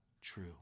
true